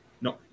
No